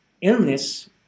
illness